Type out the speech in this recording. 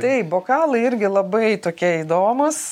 taip bokalai irgi labai tokie įdomūs